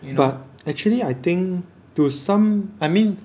but actually I think to some I mean